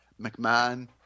McMahon